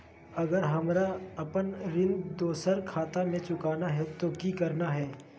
अगर हमरा अपन ऋण दोसर खाता से चुकाना है तो कि करना है?